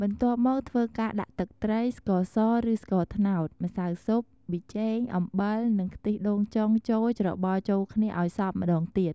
បន្ទាប់មកធ្វើការ ដាក់ទឹកត្រី ស្ករសឬស្ករត្នោត ម្សៅស៊ុប ប៊ីចេង អំបិល និងខ្ទិះដូងចុងចូលច្របល់ចូលគ្នាឲ្យសប់ម្ដងទៀត។